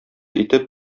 итеп